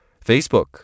Facebook